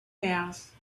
mass